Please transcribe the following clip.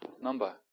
number